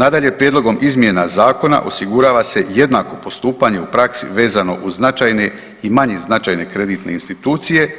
Nadalje, prijedlogom izmjena zakona osigurava se jednako postupanje u praksi vezano uz značajne i manje značajne kreditne institucije